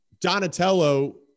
Donatello